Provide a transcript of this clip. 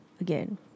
Again